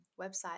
website